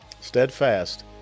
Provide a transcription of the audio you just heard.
steadfast